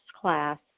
class